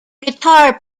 guitar